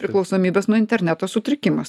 priklausomybės nuo interneto sutrikimas